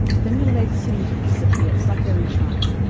then your legs seem to disappear, it's like they're in china,